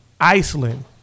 Iceland